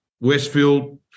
Westfield